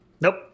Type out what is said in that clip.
Nope